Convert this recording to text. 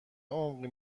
عمقی